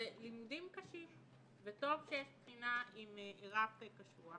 אלה לימודים קשים, וטוב שיש בחינה עם רף קשוח.